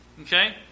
Okay